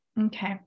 okay